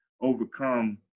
overcome